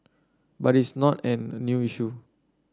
but it's not an new issue